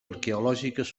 arqueològiques